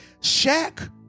Shaq